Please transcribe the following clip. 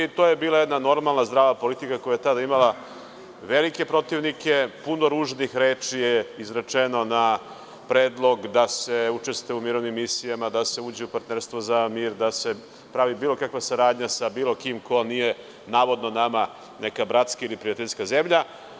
To je bila jedna normalna zdrava politika koja je tada imala velike protivnike, puno ružnih reči je izrečeno na predlog da se učestvuje u mirovnim misijama, da se uđe u Partnerstvo za mir, da se pravi bilo kakva saradnja sa bilo kim ko nije navodno nama neka bratska ili prijateljska zemlja.